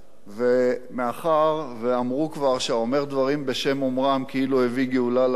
ומאחר שאמרו כבר שהאומר דברים בשם אומרם כאילו הביא גאולה לעולם,